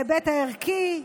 בהיבט הערכי,